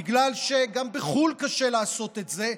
בגלל שגם בחו"ל קשה לעשות את זה.